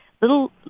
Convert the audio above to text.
little